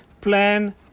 Plan